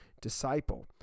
disciple